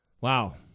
Wow